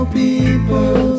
people